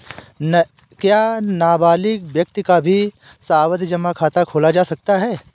क्या नाबालिग व्यक्ति का भी सावधि जमा खाता खोला जा सकता है?